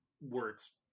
works